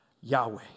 Yahweh